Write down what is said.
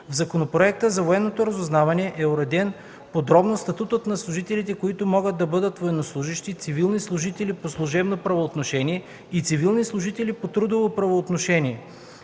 В Законопроекта за военното разузнаване е уреден подробно статутът на служителите, които могат да бъдат военнослужещи, цивилни служители по служебно правоотношение и цивилни служители по трудово правоотношение.